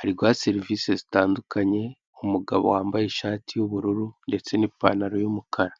ari guha serivise zitandukaye, umugabo wambaye ishati y'ubururu ndetse n'ipantaro y'umukara.